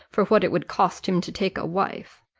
for what it would cost him to take a wife.